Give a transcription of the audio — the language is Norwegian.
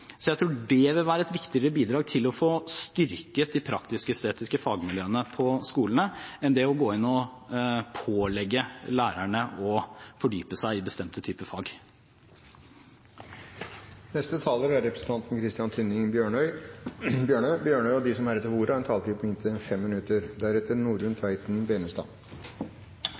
Jeg tror det vil være et viktigere bidrag til å få styrket de praktisk-estetiske fagmiljøene på skolene enn det å gå inn og pålegge lærerne å fordype seg i bestemte typer fag. Først vil jeg takke interpellanten, som sørger for at vi får anledning til å diskutere disse temaene i Stortinget. For en